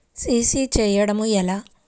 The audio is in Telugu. సి.సి చేయడము ఎలా?